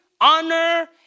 honor